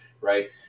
Right